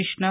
Krishna